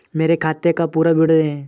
मेरे खाते का पुरा विवरण दे?